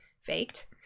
faked